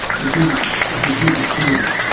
which is completely suitable,